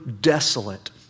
desolate